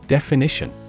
Definition